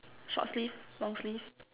short sleeve long sleeve